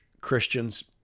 Christians